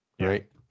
right